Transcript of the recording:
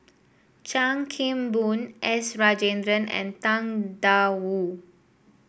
Chan Kim Boon S Rajendran and Tang Da Wu